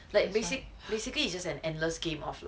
like basic basically is an endless game of like